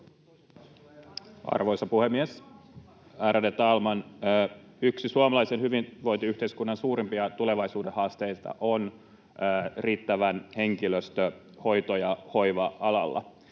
Arvoisa puhemies, ärade talman! Yksi suomalaisen hyvinvointiyhteiskunnan suurimpia tulevaisuuden haasteita on riittävä henkilöstö hoito- ja hoiva-alalla,